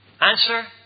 Answer